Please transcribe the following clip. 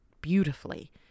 beautifully